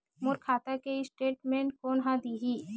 मोर खाता के स्टेटमेंट कोन ह देही?